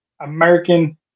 American